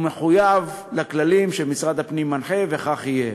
הוא מחויב לכללים שמשרד הפנים מנחה, וכך יהיה.